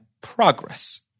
progress